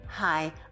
Hi